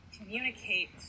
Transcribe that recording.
communicate